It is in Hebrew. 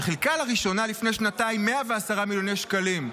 שחילקה לראשונה לפני שנתיים 110 מיליון שקלים,